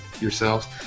yourselves